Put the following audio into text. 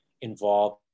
involved